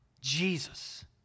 Jesus